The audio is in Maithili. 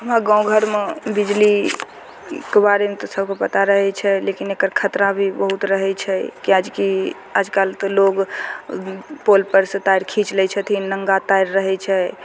हमरा गाँव घरमे बिजलीके बारेमे तऽ सबके पता रहय छै लेकिन एकर खतरा भी बहुत रहय छै किएक कि आजकल तऽ लोग पोलपर सँ तार खीच लै छथिन नङ्गा तार रहय छै